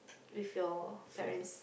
with your parents